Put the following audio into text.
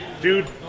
dude